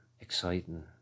exciting